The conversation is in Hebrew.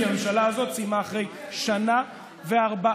כי הממשלה הזאת סיימה אחרי שנה וארבעה,